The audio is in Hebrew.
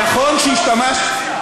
נכון, מה?